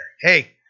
Hey